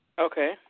Okay